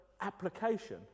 application